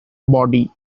body